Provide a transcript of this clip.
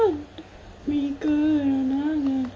kenangan